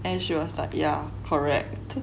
and she was like yeah correct